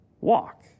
walk